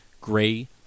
gray